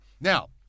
Now